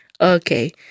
Okay